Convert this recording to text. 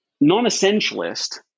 non-essentialist